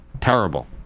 Terrible